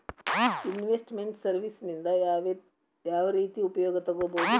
Invest made services ನಿಂದಾ ಯಾವ್ರೇತಿ ಉಪಯೊಗ ತಗೊಬೊದು?